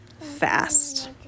fast